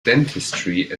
dentistry